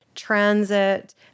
Transit